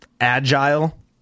agile